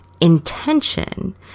intention